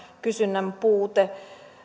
tarjonnan puute